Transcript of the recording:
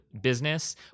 business